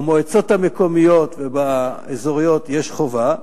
במועצות המקומיות והאזוריות יש חובה,